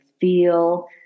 feel